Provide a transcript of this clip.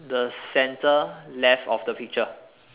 the centre left of the picture